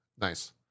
nice